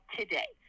today